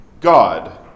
God